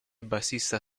bassista